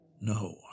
No